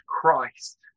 Christ